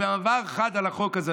במעבר חד לחוק הזה,